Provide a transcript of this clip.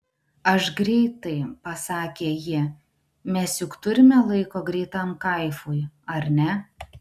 aš greitai pasakė ji mes juk turime laiko greitam kaifui ar ne